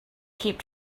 keep